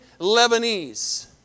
Lebanese